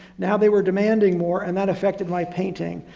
now they were demanding more and that affected my painting.